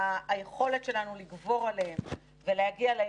אבל יכול להיות שיש עוד ישובים אחרים,